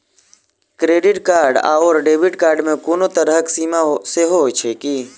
Credit card आओर debit card मे कोनो तरहक सीमा सेहो छैक की?